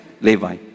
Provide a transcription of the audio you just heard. Levi